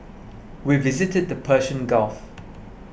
we visited the Persian Gulf